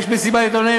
יש מסיבת עיתונאים,